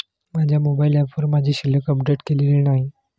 माझ्या मोबाइल ऍपवर माझी शिल्लक अपडेट केलेली नाही